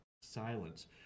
silence